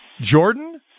Jordan